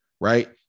right